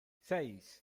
seis